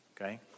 Okay